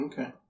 Okay